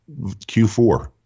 Q4